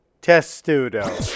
Testudo